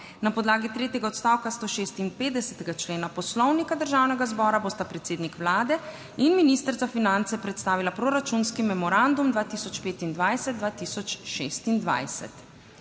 Na podlagi tretjega odstavka 156. člena Poslovnika Državnega zbora bosta predsednik vlade in minister za finance predstavila proračunski memorandum 2025-2026,